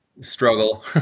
struggle